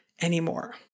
anymore